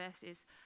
versus